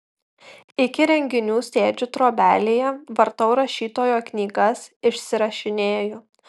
iki renginių sėdžiu trobelėje vartau rašytojo knygas išsirašinėju